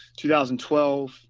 2012